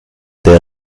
der